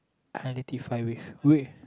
identify with way